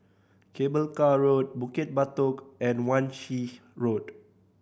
Cable Car Road Bukit Batok and Wan Shih Road